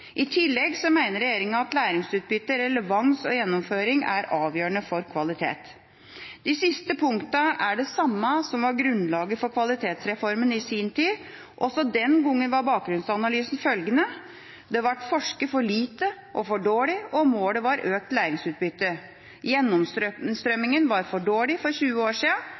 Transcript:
I tillegg mener regjeringa at læringsutbytte, relevans og gjennomføring er avgjørende for kvalitet. De siste punktene er det samme som var grunnlaget for Kvalitetsreformen i sin tid. Også den gangen var bakgrunnsanalysen følgende: Det ble forsket for lite og for dårlig, og målet var økt læringsutbytte. Gjennomstrømmingen var for dårlig for 20 år